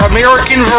American